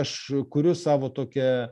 aš kuriu savo tokią